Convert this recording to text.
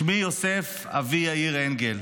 שמי יוסף אבי יאיר אנגל,